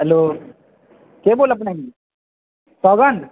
हैलोके बोलत रही पवन